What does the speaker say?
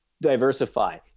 diversify